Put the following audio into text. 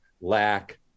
lack